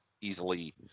easily